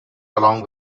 along